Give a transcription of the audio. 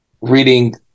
reading